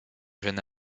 jeune